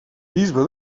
bisbe